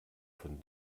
von